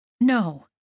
No